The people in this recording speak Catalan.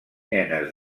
nenes